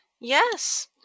Yes